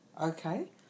Okay